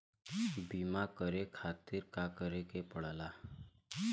बीमा करे खातिर का करे के पड़ेला?